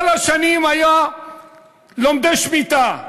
כל השנים היו לומדי שמיטה.